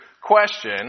question